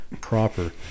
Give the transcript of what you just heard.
proper